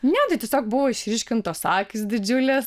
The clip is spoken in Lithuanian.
ne tai tiesiog buvo išryškintos akys didžiulės